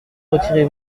retirez